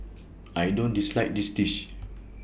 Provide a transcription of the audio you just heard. I don't dislike this dish